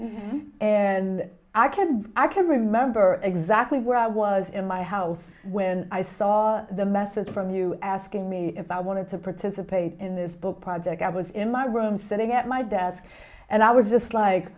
america and i can i can remember exactly where i was in my house when i saw the message from you asking me if i wanted to participate in this book project i was in my room sitting at my desk and i was just like